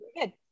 Good